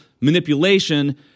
manipulation